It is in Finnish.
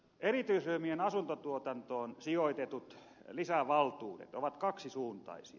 erityisryhmien asuntotuotantoon sijoitetut lisävaltuudet ovat kaksisuuntaisia